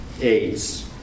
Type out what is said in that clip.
AIDS